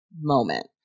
moment